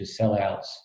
sellouts